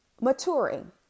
Maturing